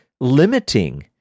limiting